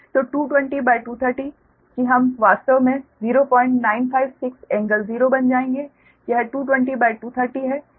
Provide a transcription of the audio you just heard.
तो 220230 कि हम वास्तव में 0956∟0 बन जाएंगे यह 220230 है